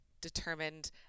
determined